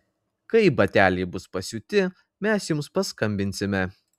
kai bateliai bus pasiūti mes jums paskambinsime